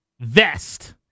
vest